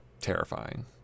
terrifying